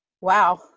wow